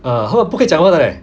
ah 他们不可以讲话的 leh